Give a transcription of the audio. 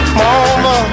Mama